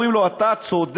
אומרים לו: אתה צודק,